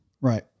Right